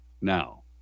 Now